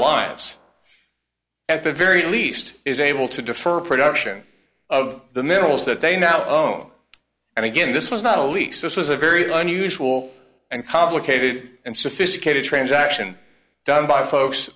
the very least is able to defer production of the minerals that they now own and again this was not a lease this was a very unusual and complicated and sophisticated transaction done by folks